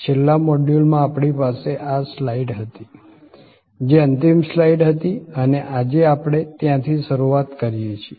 છેલ્લા મોડ્યુલમાં આપણી પાસે આ સ્લાઈડ હતી જે અંતિમ સ્લાઈડ હતી અને આજે આપણે ત્યાંથી શરૂઆત કરીએ છીએ